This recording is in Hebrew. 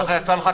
והשאלה,